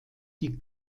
die